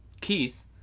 Keith